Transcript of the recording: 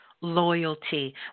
loyalty